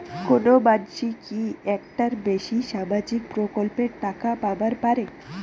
কোনো মানসি কি একটার বেশি সামাজিক প্রকল্পের টাকা পাবার পারে?